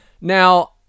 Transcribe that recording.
Now